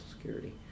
Security